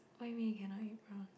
what you mean you cannot eat prawns